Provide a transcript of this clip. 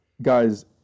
Guys